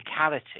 physicality